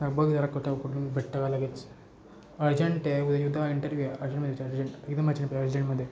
बघ जरा कुठं कुठून भेटतं का लगेच अर्जंट आहे उद्या युदा इंटरव्यू आहे अर्जंट अर्जंट एकदम अज पे अर्जंटमध्ये